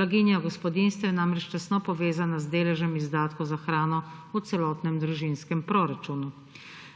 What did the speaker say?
Blaginja gospodinjstev je namreč tesno povezana z deležem izdatkov za hrano v celotnem družinskem proračunu.